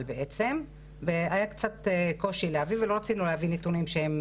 והיה קצת קושי להביא ולא רצינו להביא נתונים שהם